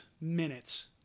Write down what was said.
minutes